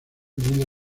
mide